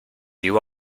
you